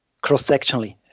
cross-sectionally